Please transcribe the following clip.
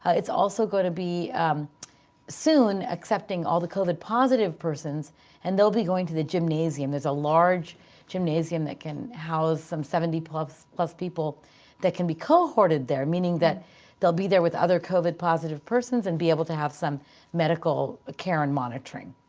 it's also going to be soon accepting all the covid positive persons and there'll be going to the gymnasium. there's a large gymnasium that can house some seventy plus plus people that can be cohorted there, meaning that they'll be there with other covid positive persons and be able to have some medical ah care and monitoring.